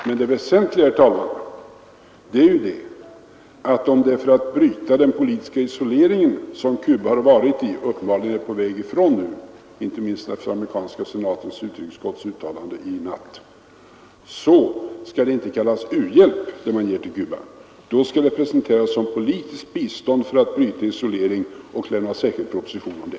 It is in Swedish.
Men det väsentliga, herr talman, är ju att om det är för att bryta den politiska isolering som Cuba har varit i och uppenbarligen nu är på väg ifrån — inte minst efter den amerikanska senatens utrikesutskotts uttalande i natt — så skall det som man ger till Cuba inte kallas u-hjälp, utan då skall det presenteras som politiskt bistånd för att bryta isoleringen, och det skall lämnas en särskild proposition om det.